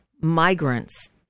migrants